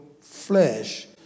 flesh